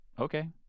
okay